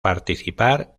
participar